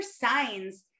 signs